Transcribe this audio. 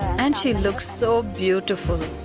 and she looks so beautiful.